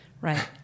Right